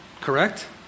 Correct